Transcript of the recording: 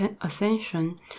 ascension